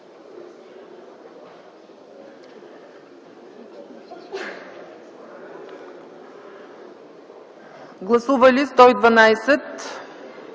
Гласували 112